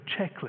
checklist